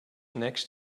next